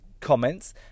comments